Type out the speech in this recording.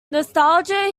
nostalgia